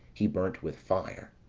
he burnt with fire.